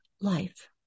life